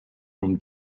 from